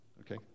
okay